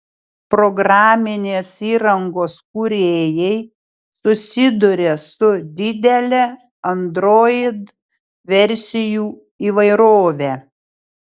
programinės įrangos kūrėjai susiduria su didele android versijų įvairove